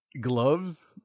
Gloves